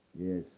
Yes